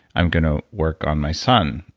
i'm going to work on my son.